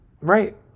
right